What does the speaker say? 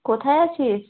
কোথায় আছিস